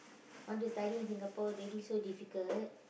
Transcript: want to study in Singapore already so difficult